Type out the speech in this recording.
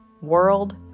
world